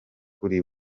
kuri